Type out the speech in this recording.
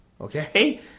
Okay